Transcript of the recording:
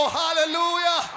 hallelujah